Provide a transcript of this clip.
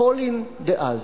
פולין דאז.